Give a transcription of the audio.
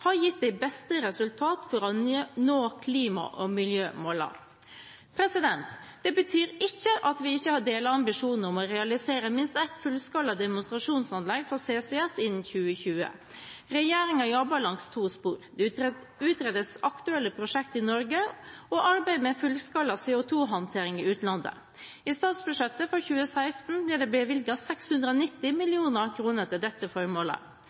har gitt de beste resultater for å nå klima- og miljømålene. Det betyr ikke at vi ikke har delt ambisjonen om å realisere minst ett fullskala demonstrasjonsanlegg for CCS innen 2020. Regjeringen jobber langs to spor: Det utredes aktuelle prosjekter i Norge og arbeid med fullskala CO2-håndtering i utlandet. I statsbudsjettet for 2016 ble det bevilget 690 mill. kr til dette formålet.